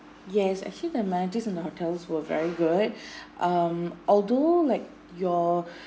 yes actually the amenities in the hotel were very good um although like your